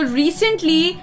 recently